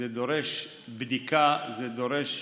זה דורש בדיקה, זה דורש